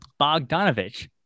Bogdanovich